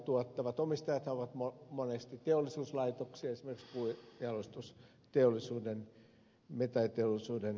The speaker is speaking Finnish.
omistajathan ovat monesti teollisuuslaitoksia esimerkiksi puunjalostusteollisuuden metalliteollisuuden laitoksia